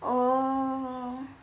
oh